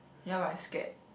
ya but I scared